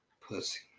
Pussy